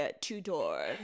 two-door